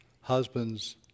husbands